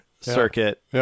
circuit